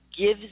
gives